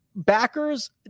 backers